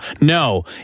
No